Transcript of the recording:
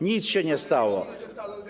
Nic się nie stało.